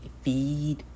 feed